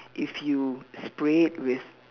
if you spray it with